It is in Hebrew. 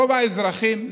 רוב האזרחים,